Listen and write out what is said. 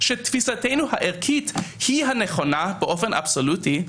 שתפיסתנו הערכית היא הנכונה באופן אבסולוטי,